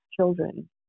children